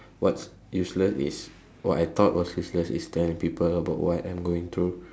what's useless is what I thought was useless is telling people about what I'm going through